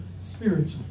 spiritual